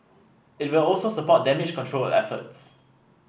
it will also support damage control efforts